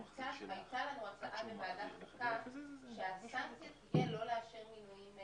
שהייתה לנו הצעה בוועדת חוקה שהסנקציה תהיה לא לאשר מינויים,